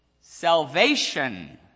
salvation